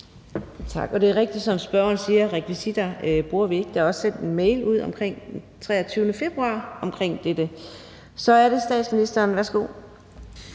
Tak. Det er rigtigt, som spørgeren siger, at vi ikke bruger rekvisitter. Der er også sendt en mail ud om dette den 23. februar. Så er det statsministeren. Værsgo.